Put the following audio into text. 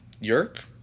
yerk